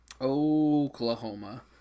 Oklahoma